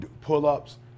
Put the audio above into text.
pull-ups